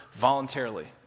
voluntarily